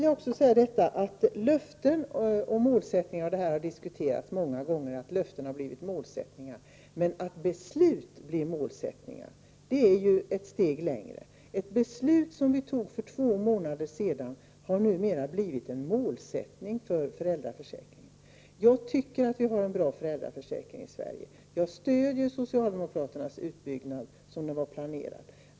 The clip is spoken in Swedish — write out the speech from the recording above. Att löften har blivit målsättningar har diskuterats många gånger. Men att beslut blir målsättningar är ju ett steg längre. Ett beslut som vi fattade för två månader sedan har numera blivit en målsättning för föräldraförsäkringen. Jag tycker att vi har en bra föräldraförsäkring i Sverige, och jag stödjer socialdemokraternas utbyggnad såsom den var planerad.